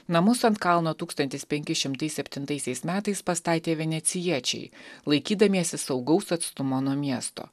namus ant kalno tūkstantis penki šimtai septintaisiais metais pastatė venecijiečiai laikydamiesi saugaus atstumo nuo miesto